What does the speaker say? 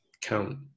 count